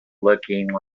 looking